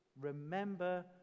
Remember